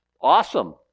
Awesome